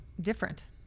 Different